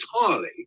entirely